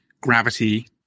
gravity